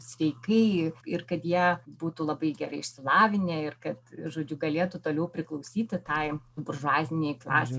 sveikai ir kad jie būtų labai gerai išsilavinę ir kad žodžiu galėtų toliau priklausyti tai buržuazinei klasei